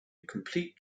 complete